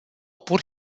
pur